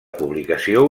publicació